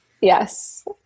Yes